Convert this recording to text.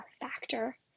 factor